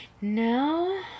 No